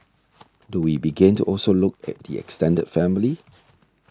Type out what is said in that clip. do we begin to also look at the extended family